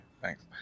thanks